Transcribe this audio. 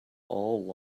all